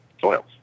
soils